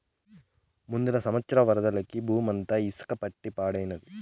ముందల సంవత్సరం వరదలకి బూమంతా ఇసక పట్టి పాడైనాది